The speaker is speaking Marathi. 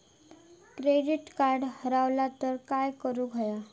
क्रेडिट कार्ड हरवला तर काय करुक होया?